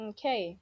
Okay